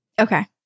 Okay